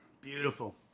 Beautiful